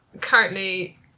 currently